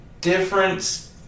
difference